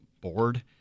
board